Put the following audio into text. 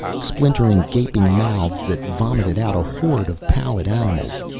splintering, gaping mouths that vomited out a horde of pallid animals.